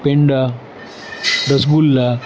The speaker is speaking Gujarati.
પેંડા રસગુલ્લા